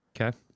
Okay